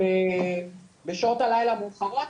בשעות הלילה המאוחרות.